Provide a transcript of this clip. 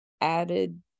added